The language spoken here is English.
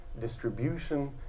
distribution